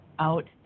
out